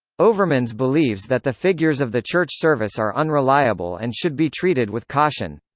overmans believes that the figures of the church service are unreliable and should be treated with caution.